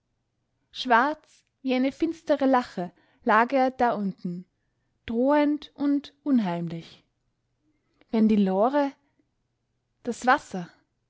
schwarz wie eine finstere lache lag er da unten drohend und unheimlich wenn die lore das wasser